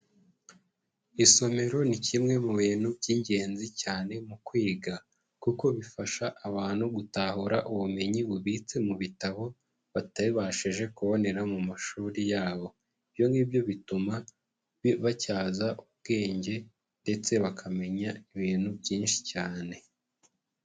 Isomero ni kimwe mu bintu by'ingenzi cyane mu kwiga kuko bifasha abantu gutahura ubumenyi bubitse mu bitabo batabashije kubonera mu mashuri yabo, ibyo ngibyo bituma batyaza ubwenge ndetse bakamenya ibintu byinshi cyane.